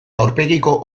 aurpegiko